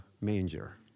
manger